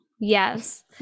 yes